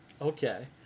Okay